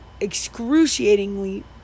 excruciatingly